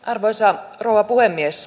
arvoisa rouva puhemies